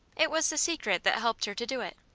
it was the secret that helped her to do it.